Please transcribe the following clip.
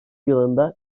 yılında